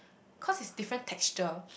cause it's different texture